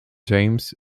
james